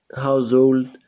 household